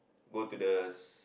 go to the s~